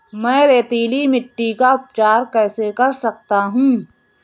मैं रेतीली मिट्टी का उपचार कैसे कर सकता हूँ?